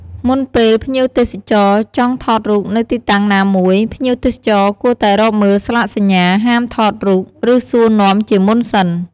មុនពេលភ្ញៀវទេសចរចង់ថតរូបនៅទីតាំងណាមួយ ភ្ញៀវទេសចរគួរតែរកមើលស្លាកសញ្ញា "ហាមថតរូប" ឬសួរនាំជាមុនសិន។